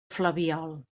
flabiol